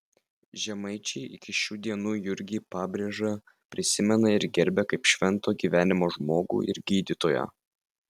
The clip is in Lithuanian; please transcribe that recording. žemaičiai iki šių dienų jurgį pabrėžą prisimena ir gerbia kaip švento gyvenimo žmogų ir gydytoją